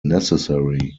necessary